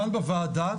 כאן בוועדה,